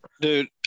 Dude